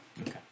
Okay